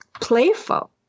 playful